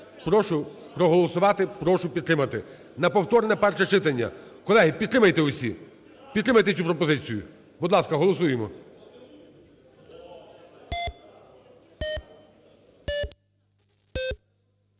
Прошу проголосувати. Прошу підтримати. На повторне перше читання. Колеги, підтримайте всі, підтримайте цю пропозицію. Будь ласка, голосуємо.